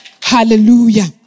Hallelujah